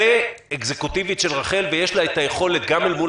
זה אקזקוטיבית של רח"ל ויש לה את היכולת גם מול